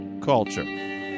culture